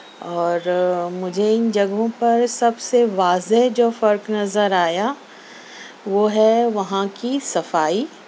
اور مجھے اِن جگہوں پر سب سے واضح جو فرق نظر آیا وہ ہے وہاں کی صفائی